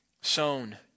sown